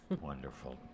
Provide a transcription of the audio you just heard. Wonderful